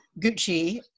Gucci